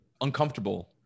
uncomfortable